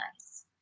nice